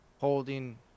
holding